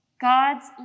God's